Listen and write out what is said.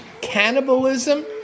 cannibalism